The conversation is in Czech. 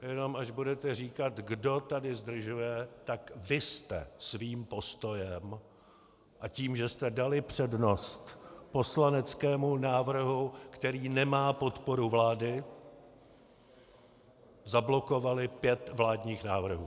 Jenom až budete říkat, kdo tady zdržuje, tak vy jste svým postojem a tím, že jste dali přednost poslaneckému návrhu, který nemá podporu vlády, zablokovali pět vládních návrhů.